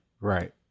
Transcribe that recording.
right